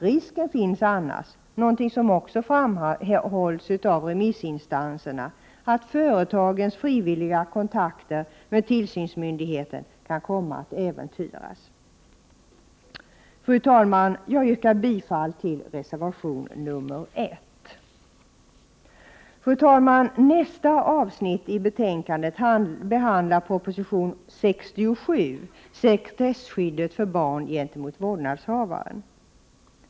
Risken finns annars, något som också framhålls från remissinstanserna, att företagens frivilliga kontakter med tillsynsmyndigheten kan komma att äventyras. Fru talman! Jag yrkar bifall till reservation 1. Fru talman! I nästa avsnitt i betänkandet behandlas proposition 67, Sekretesskyddet för barn gentemot vårdnadshavaren.